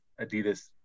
Adidas